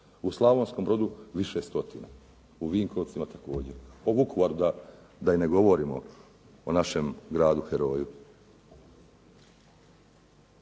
u Slavonskom brodu više stotina, u Vinkovcima također. O Vukovaru da i ne govorimo, o našem gradu heroju.